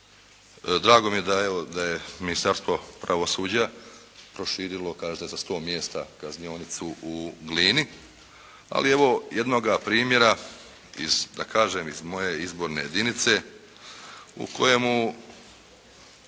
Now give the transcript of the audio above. Drago mi je da je Ministarstvo pravosuđa proširilo kažete sa 100 mjesta kaznionicu u Glini, ali evo jednoga primjera iz da kažem iz moje izborne jedinice, u kojemu